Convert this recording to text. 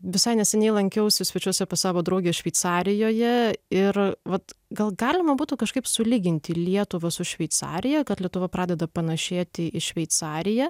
visai neseniai lankiausi svečiuose pas savo draugę šveicarijoje ir vat gal galima būtų kažkaip sulyginti lietuvą su šveicarija kad lietuva pradeda panašėti į šveicariją